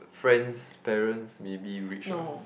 friend's parents maybe rich what